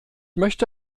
möchte